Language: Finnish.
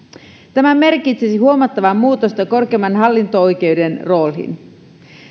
tämä merkitsisi huomattavaa muutosta korkeimman hallinto oikeuden rooliin